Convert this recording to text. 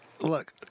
look